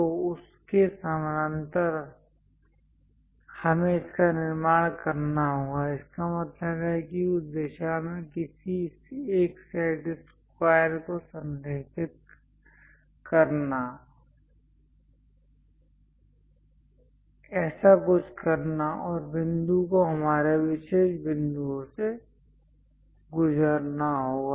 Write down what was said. तो इसके समानांतर हमें इसका निर्माण करना होगा इसका मतलब है कि उस दिशा में किसी एक सेट स्क्वायर को संरेखित करना ऐसा कुछ करना और बिंदु को हमारे विशेष बिंदुओं से गुजरना होगा